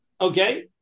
Okay